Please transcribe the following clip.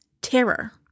Terror